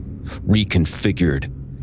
reconfigured